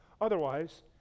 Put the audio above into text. Otherwise